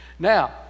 Now